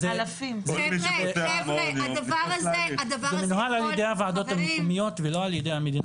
זה מנוהל על ידי הוועדות המקומיות ולא על ידי המינהל.